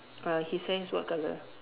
uh his hair is what colour